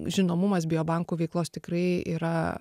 žinomumas biobankų veiklos tikrai yra